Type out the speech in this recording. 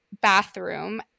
bathroom